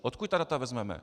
Odkud ta data vezmeme?